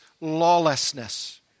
lawlessness